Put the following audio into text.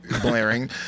blaring